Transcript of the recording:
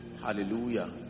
hallelujah